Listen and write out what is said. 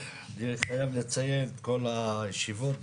אני חייב לציין את כל הישיבות בוועדות,